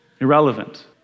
irrelevant